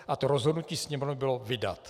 A to rozhodnutí Sněmovny bylo vydat.